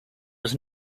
was